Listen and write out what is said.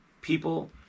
people